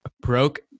broke